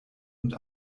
und